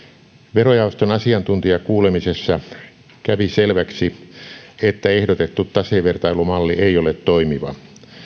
verojaoston asiantuntijakuulemisessa kävi selväksi että ehdotettu tasevertailumalli ei ole toimiva